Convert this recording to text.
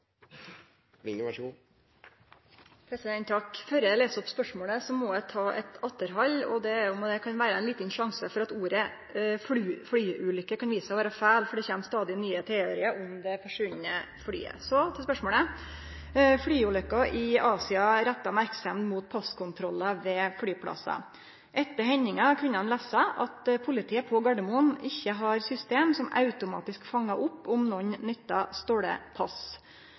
eg les opp spørsmålet, må eg ta eit atterhald, fordi det kan vere ein liten sjanse for at ordet «flyulykke» kan vise seg å vere feil, for det kjem stadig nye teoriar om det forsvunne flyet. Så til spørsmålet: «Flyulykka i Asia retta merksemd mot passkontrollar ved flyplassar. Etter hendinga kunne ein lesa at politiet på Gardermoen ikkje har system som automatisk fangar opp om nokon nyttar stole pass.